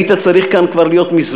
היית צריך להיות כאן כבר מזמן,